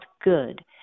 good